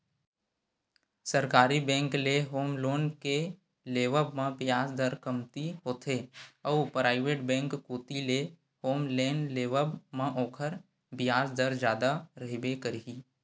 सरकारी बेंक ले home loan के लेवब म बियाज दर कमती होथे अउ पराइवेट बेंक कोती ले होम लोन लेवब म ओखर बियाज दर जादा रहिबे करही